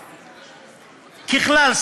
ככלל,